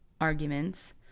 arguments